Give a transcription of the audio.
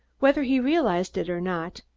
whether he realized it or not,